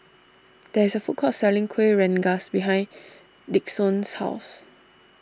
there is a food court selling Kueh Rengas behind Dixon's house